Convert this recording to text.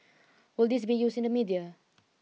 will this be used in the media